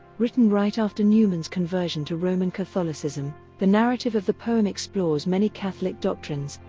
written right after newman's conversion to roman catholicism, the narrative of the poem explores many catholic doctrines,